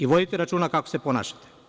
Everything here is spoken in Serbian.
I vodite računa kako se ponašate.